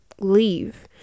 Leave